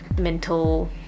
mental